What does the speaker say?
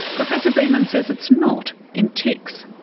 professor beaman says it's not in ticks.